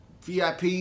VIP